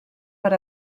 per